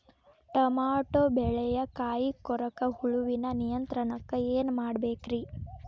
Tomato ಬೆಳೆಯ ಕಾಯಿ ಕೊರಕ ಹುಳುವಿನ ನಿಯಂತ್ರಣಕ್ಕ ಏನ್ ಮಾಡಬೇಕ್ರಿ?